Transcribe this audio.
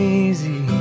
easy